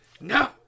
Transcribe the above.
no